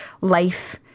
life